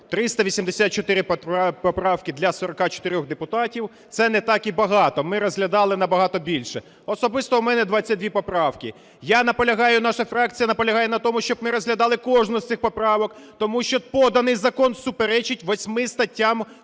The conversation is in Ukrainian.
384 поправки для 44 депутатів – це не так і багато, ми розглядали набагато більше. Особисто у мене 22 поправки. Я наполягаю, наша фракція наполягає на тому, щоб ми розглядали кожну з цих поправок, тому що поданий закон суперечить восьми статтям